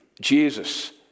Jesus